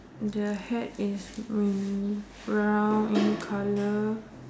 the hat is brown in colour